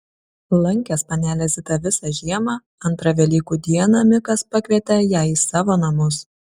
lankęs panelę zitą visą žiemą antrą velykų dieną mikas pakvietė ją į savo namus